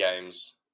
games